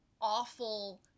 awful